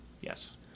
Yes